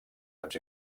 àrabs